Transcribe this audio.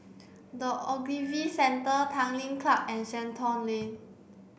the Ogilvy Centre Tanglin Club and Shenton Lane